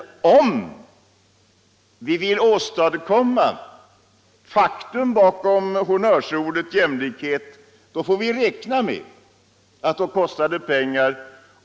Om vi vill åstadkomma en verklighet bakom honnörsordet jämlikhet får vi räkna med att det kostar pengar.